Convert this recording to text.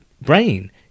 brain